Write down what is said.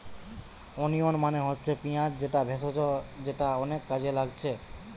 onion মানে হচ্ছে পিঁয়াজ যেটা ভেষজ যেটা অনেক কাজে লাগছে